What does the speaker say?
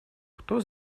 кто